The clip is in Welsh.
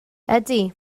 ydy